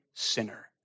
Sinner